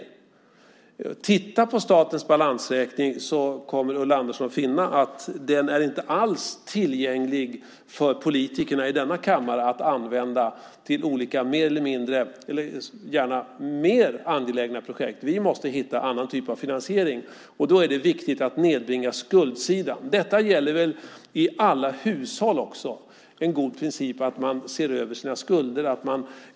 Tittar Ulla Andersson på statens balansräkning kommer hon att finna att de inte alls är tillgängliga för politikerna i denna kammare att använda till olika mer eller mindre, gärna mer, angelägna projekt. Vi måste hitta annan typ av finansiering och då är det viktigt att nedbringa skuldsidan. Detta gäller väl också i alla hushåll. Det är en god princip att man ser över sina skulder.